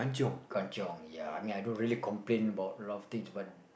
kanchiong ya I mean I don't usually complain about a lot of things but